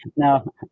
No